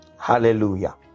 Hallelujah